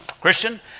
Christian